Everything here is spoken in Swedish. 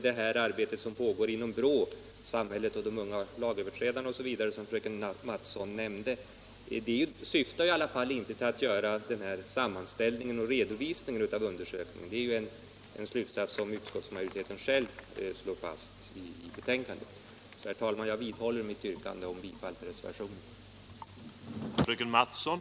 Det arbete som pågår inom BRÅ-projektet Samhället och de unga lagöverträdarna, som fröken Mattson nämnde, syftar faktiskt inte till en sammanställning och redovisning av undersökningen. Det är en slutsats som utskottet självt kommer fram till i sin skrivning. Herr talman! Jag vidhåller mitt yrkande om bifall till reservationen.